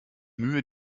mühe